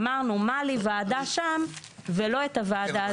אמרנו מה לוועדה שם ולא את הוועדה הזאת.